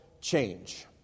change